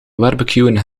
barbecueën